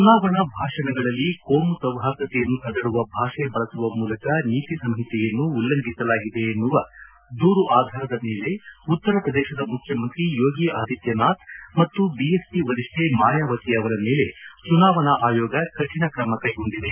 ಚುನಾವಣಾ ಭಾಷಣಗಳಲ್ಲಿ ಕೋಮು ಸೌಹಾರ್ದತೆಯನ್ನು ಕದಡುವ ಭಾಷೆ ಬಳಸುವ ಮೂಲಕ ನೀತಿ ಸಂಹಿತೆಯನ್ನು ಉಲ್ಲಂಘಿಸಲಾಗಿದೆ ಎನ್ನುವ ದೂರು ಆಧಾರದ ಮೇಲೆ ಉತ್ತರ ಪ್ರದೇಶದ ಮುಖ್ಯಮಂತ್ರಿ ಯೋಗಿ ಆದಿತ್ಯನಾಥ್ ಮತ್ತು ಬಿಎಸ್ ಪಿ ವರಿಷ್ಠೆ ಮಾಯಾವತಿ ಅವರ ಮೇಲೆ ಚುನಾವಣಾ ಆಯೋಗ ಕಠಿಣ ಕ್ರಮ ಕೈಗೊಂಡಿದೆ